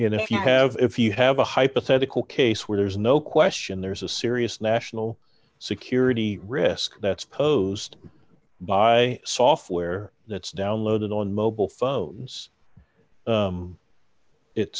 know if you have if you have a hypothetical case where there's no question there's a serious national security risk that's posed by software that's downloaded on mobile phones